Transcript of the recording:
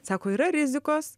sako yra rizikos